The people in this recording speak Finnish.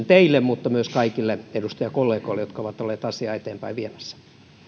teille mutta myös kaikille edustajakollegoille jotka ovat olleet asiaa eteenpäin viemässä